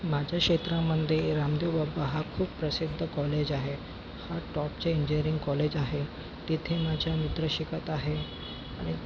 माझ्या क्षेत्रामध्ये रामदेवबाबा हा खूप प्रसिद्ध कॉलेज आहे हा टॉपचे इंजीनियरिंग कॉलेज आहे तिथे माझा मित्र शिकत आहे आणि